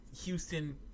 Houston